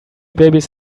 babies